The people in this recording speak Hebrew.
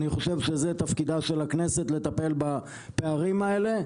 אני חושב שזה תפקידה של הכנסת לטפל בפערים האלה,